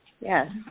Yes